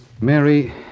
Mary